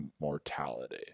mortality